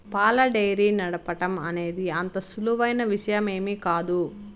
పాల డెయిరీ నడపటం అనేది అంత సులువైన విషయమేమీ కాదు